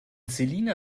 selina